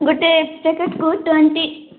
ଗୋଟେ ସେକେଣ୍ଡ୍ କୁ ଟ୍ୱେଣ୍ଟି